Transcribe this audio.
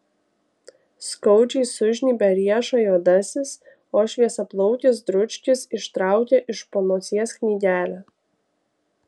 skaudžiai sužnybia riešą juodasis o šviesiaplaukis dručkis ištraukia iš po nosies knygelę